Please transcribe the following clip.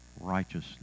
righteousness